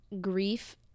grief